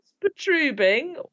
protruding